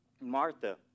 Martha